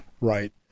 Right